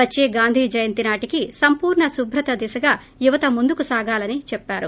వచ్చే గాంధీ జయంతి నాటికి సంపూర్ణ శుభ్రత దిశగా యువత ముందుకు సాగాలని చెప్పారు